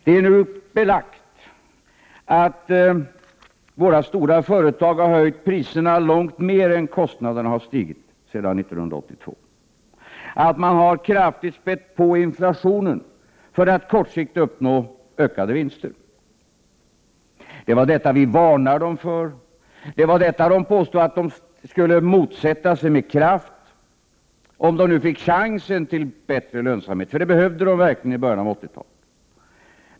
Det är nu belagt att våra stora företag har höjt priserna långt mer än kostnaderna har stigit sedan 1982, att man kraftigt spätt på inflationen för att kortsiktigt uppnå ökade vinster. Det var detta vi varnade dem för. Det var detta de påstod att de med kraft skulle motsätta sig, om de nu fick chansen till bättre lönsamhet, för det behövde de verkligen i början av 1980-talet.